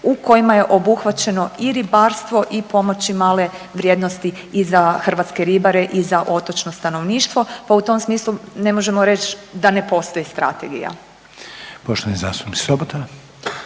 u kojima je obuhvaćeno i ribarstvo i pomoći male vrijednosti i za hrvatske ribare i za otočno stanovništvu, pa u tom smislu ne možemo reć da ne postoji strategija. **Reiner,